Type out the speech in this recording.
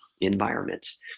environments